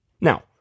Now